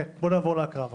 נעבור להקראה.